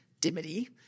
Dimity